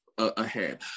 ahead